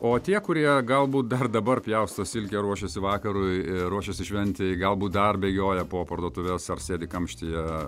o tie kurie galbūt dar dabar pjausto silkę ruošiasi vakarui ir ruošiasi šventei galbūt dar bėgioja po parduotuves ar sėdi kamštyje